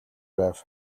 байв